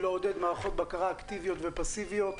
לעודד מערכות בקרה אקטיביות ופסיביות,